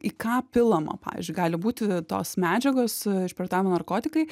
į ką pilama pavyzdžiui gali būti tos medžiagos išprievartavimo narkotikai